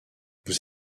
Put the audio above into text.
vous